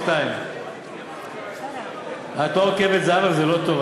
1352. את לא עוקבת, זהבה, וזה לא טוב.